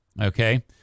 Okay